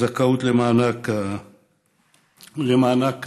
הזכאות למענק